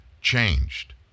changed